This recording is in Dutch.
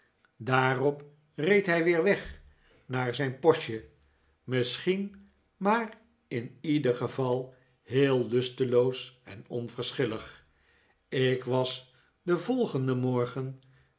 daarop reed hij weer weg naar zijn postje misschien maar in ieder geval heel lusteloos en onverschillig ik was den volgenden morgen